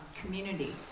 community